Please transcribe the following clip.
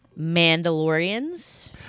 Mandalorians